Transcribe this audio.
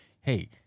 hey